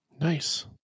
Nice